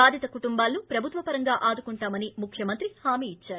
బాధిత కుటుంబాలను ప్రభుత్వ పరంగా ఆదుకుంటామని ముఖ్యమంత్రి హామీ ఇద్బారు